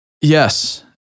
Yes